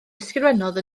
ysgrifennodd